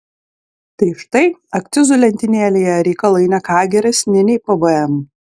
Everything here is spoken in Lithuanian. tai štai akcizų lentynėlėje reikalai ne ką geresni nei pvm